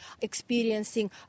experiencing